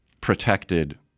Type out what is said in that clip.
protected